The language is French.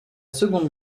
seconde